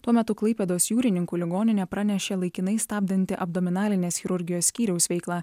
tuo metu klaipėdos jūrininkų ligoninė pranešė laikinai stabdanti abdominalinės chirurgijos skyriaus veiklą